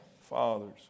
fathers